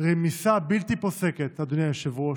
רמיסה בלתי פוסקת, אדוני היושב-ראש,